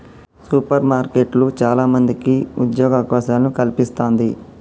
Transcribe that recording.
super మార్కెట్లు చాల మందికి ఉద్యోగ అవకాశాలను కల్పిస్తంది